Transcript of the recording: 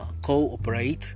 cooperate